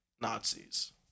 Nazis